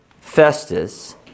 Festus